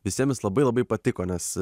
visiem jis labai labai patiko nes